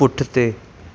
पुठिते